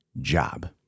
job